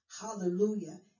Hallelujah